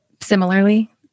similarly